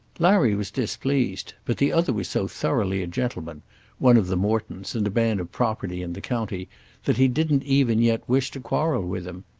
larry was displeased but the other was so thoroughly a gentleman one of the mortons, and a man of property in the county that he didn't even yet wish to quarrel with him.